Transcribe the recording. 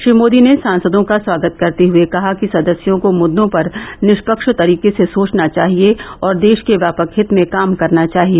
श्री मोदी ने सांसदों का स्वागत करते हुए कहा कि सदस्यों को मुद्दों पर निष्पक्ष तरीके से सोचना चाहिए और देश के व्यापक हित में काम करना चाहिए